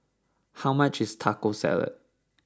how much is Taco Salad